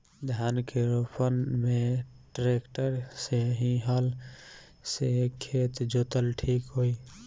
धान के रोपन मे ट्रेक्टर से की हल से खेत जोतल ठीक होई?